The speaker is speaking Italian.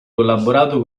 collaborato